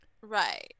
Right